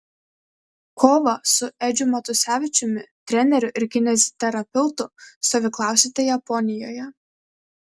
kovą su edžiu matusevičiumi treneriu ir kineziterapeutu stovyklausite japonijoje